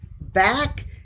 back